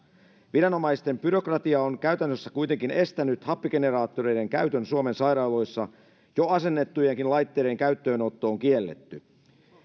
viranomaisten byrokratia on käytännössä kuitenkin estänyt happigeneraattoreiden käytön suomen sairaaloissa jo asennettujenkin laitteiden käyttöönotto on kielletty